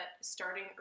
starting